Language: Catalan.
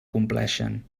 compleixen